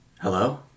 hello